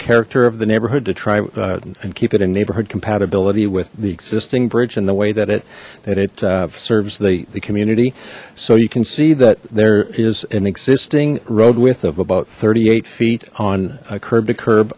character of the neighborhood to try and keep it in neighborhood compatibility with the existing bridge and the way that it that it serves the the community so you can see that there is an existing road width of about thirty eight feet on a curb to curb